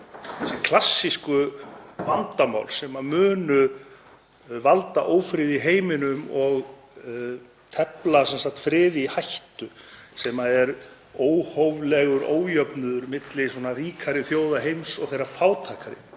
þessi klassísku vandamál sem munu valda ófriði í heiminum og tefla friði í hættu sem eru óhóflegur ójöfnuður milli ríkari þjóða heims og þeirra fátækari.